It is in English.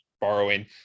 borrowing